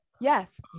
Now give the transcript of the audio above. yes